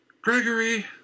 Gregory